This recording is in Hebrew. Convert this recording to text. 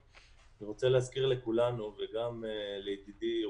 אני רוצה להזכיר לכולנו וגם לידידי,